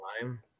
time